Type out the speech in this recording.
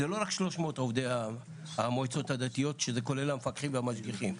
זה לא רק 300 עובדי המועצות הדתיות שזה כולל המפקחים והמשגיחים,